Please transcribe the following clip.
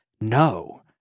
no